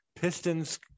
Pistons